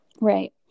right